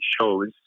shows